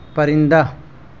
پرندہ